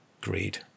Greed